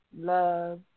love